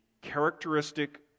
characteristic